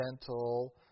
gentle